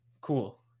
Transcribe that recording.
cool